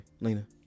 Lena